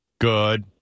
Good